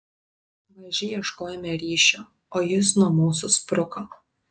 maži ieškojome ryšio o jis nuo mūsų spruko